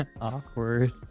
Awkward